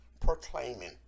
proclaiming